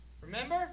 Remember